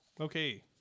okay